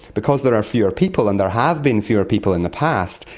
because there are fewer people and there have been fewer people in the past,